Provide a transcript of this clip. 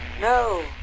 No